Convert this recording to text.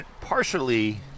partially